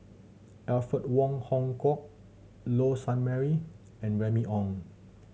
Alfred Wong Hong Kwok Low Sanmay and Remy Ong